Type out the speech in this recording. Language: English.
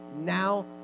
now